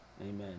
Amen